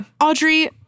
Audrey